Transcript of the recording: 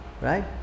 Right